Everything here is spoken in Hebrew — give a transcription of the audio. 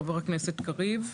חבר הכנסת קריב.